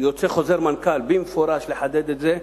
יוצא חוזר מנכ"ל מפורש לחדד את זה,